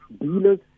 dealers